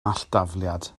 alldafliad